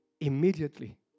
immediately